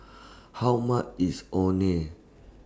How much IS Orh Nee